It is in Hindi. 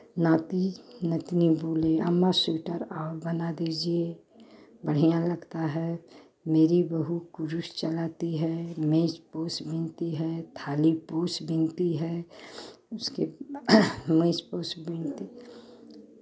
नाती नतनी बोली अम्मा स्वेटर और बना दीजिये बढ़ियाँ लगता है मेरी बहु कुरुश चलाती है मेज पोश बुनती है थाली पोश बुनती है उसके मेज पोश बुन के